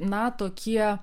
na tokie